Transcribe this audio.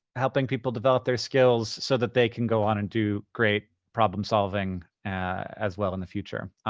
helping people develop their skills so that they can go on and do great problem solving as well in the future.